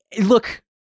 Look